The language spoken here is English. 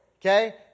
okay